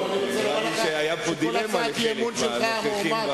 נראה לי שהיתה פה דילמה לחלק מהנוכחים.